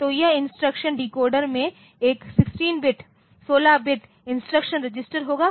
तो यह instruction decoder में एक 16 बिट इंस्ट्रक्शन रजिस्टर होगा